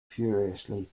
furiously